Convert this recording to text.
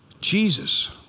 Jesus